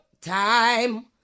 time